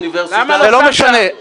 אוניברסיטה --- זה לא משנה,